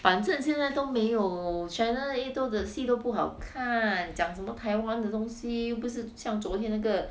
反正现在都没有 channel eight 做的戏都不好看讲什么台湾的东西又不是像昨天那个